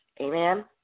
Amen